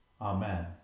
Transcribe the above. Amen